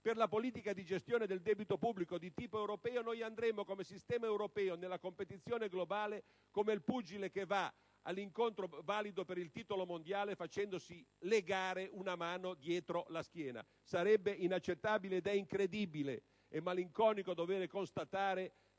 per quella di gestione del debito pubblico di tipo europeo, il sistema europeo si troverebbe ad affrontare la competizione globale come il pugile che affronta l'incontro valido per il titolo mondiale facendosi legare una mano dietro la schiena. Sarebbe inaccettabile, ed è incredibile e malinconico dover constatare